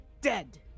dead